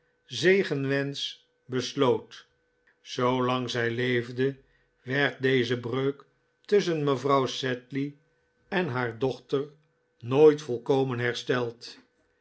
zegenwensch besloot zoolang zij leefde werd deze breuk tusschen mevrouw sedley en haar dochter nooit volkomen hersteld